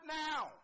now